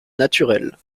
naturelle